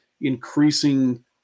increasing